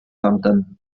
tamten